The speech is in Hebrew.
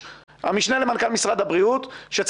המשנה למנכ"ל משרד הבריאות מוציא איזה פוש